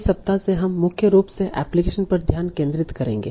इस सप्ताह से हम मुख्य रूप से एप्लीकेशनस पर ध्यान केंद्रित करेंगे